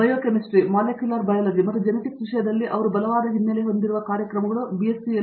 biochemistry molecular biology ಮತ್ತು genetics ವಿಷಯದಲ್ಲಿ ಅವರು ಬಲವಾದ ಹಿನ್ನೆಲೆ ಹೊಂದಿರುವ ಕಾರ್ಯಕ್ರಮಗಳು B